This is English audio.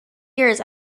years